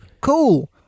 Cool